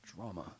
drama